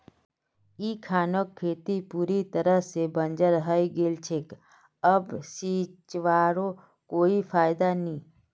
इखनोक खेत पूरी तरवा से बंजर हइ गेल छेक अब सींचवारो कोई फायदा नी